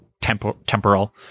temporal